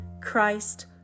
Christ